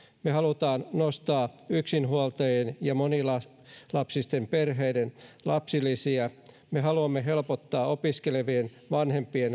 me haluamme nostaa yksinhuoltajien ja monilapsisten perheiden lapsilisiä me haluamme helpottaa opiskelevien vanhempien